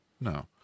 no